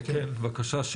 כן, בקשה.